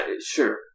sure